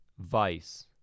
Vice